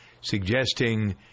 suggesting